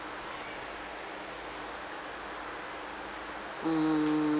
mm